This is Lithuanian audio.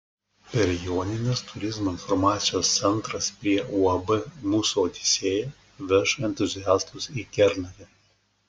per jonines turizmo informacijos centras prie uab mūsų odisėja veš entuziastus į kernavę